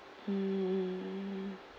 mm